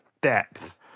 depth